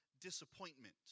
disappointment